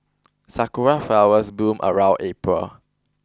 sakura flowers bloom around April